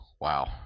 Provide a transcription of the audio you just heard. Wow